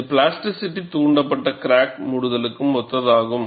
இது பிளாஸ்டிசிட்டி தூண்டப்பட்ட கிராக் மூடுதலுக்கு ஒத்ததாகும்